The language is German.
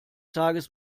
tages